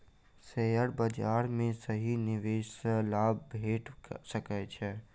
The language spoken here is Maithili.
शेयर बाजार में सही निवेश सॅ लाभ भेट सकै छै